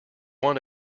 want